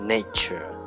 Nature